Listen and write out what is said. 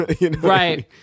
Right